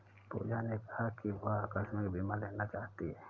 पूजा ने कहा कि वह आकस्मिक बीमा लेना चाहती है